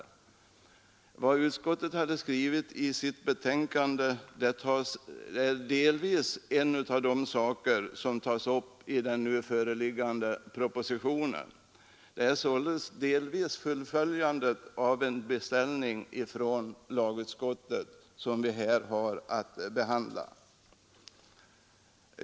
Och vad utskottet där hade skrivit är en av de saker som tas upp i den nu föreliggande propositionen. Vad vi nu behandlar har således delvis tillkommit som en följd av en beställning från lagutskottet.